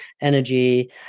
energy